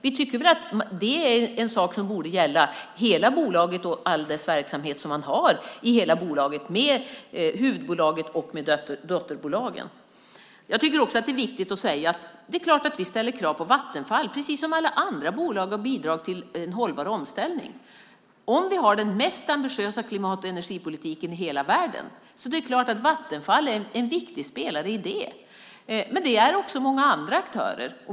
Vi tycker att det är en sak som borde gälla hela bolaget och all den verksamhet som man har i hela bolaget med huvudbolaget och dotterbolagen. Jag tycker också att det är viktigt att säga att det är klart att vi ställer krav på Vattenfall precis som på alla andra bolag som har bidrag till en hållbar omställning. Om vi har den mest ambitiösa klimat och energipolitiken i hela världen är det klart att Vattenfall är en viktig spelare i det, men det är också många andra aktörer.